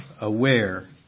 aware